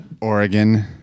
Oregon